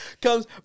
comes